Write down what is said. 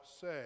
say